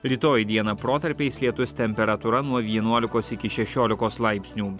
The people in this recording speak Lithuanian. rytoj dieną protarpiais lietus temperatūra nuo vienuolikos iki šešiolikos laipsnių